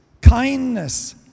kindness